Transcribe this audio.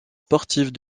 sportives